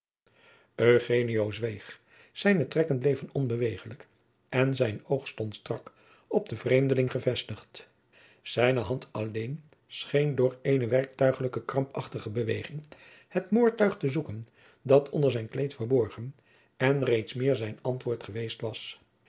zweeg zijne trekken bleven onbeweeglijk en zijn oog stond strak op den vreemdeling gevestigd zijne hand alleen scheen door eene werktuiglijke krampachtige beweging het moordtuig te zoeken dat onder zijn kleed verborgen en reeds meer zijn antwoord geweest was